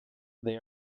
they